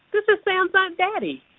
this is sam's aunt betty.